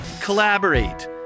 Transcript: collaborate